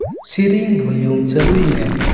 ᱥᱮᱨᱮᱧ ᱵᱷᱚᱞᱤᱭᱟᱢ ᱪᱟᱹᱞᱩᱭ ᱢᱮ